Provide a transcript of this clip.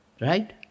Right